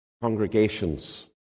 congregations